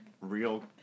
real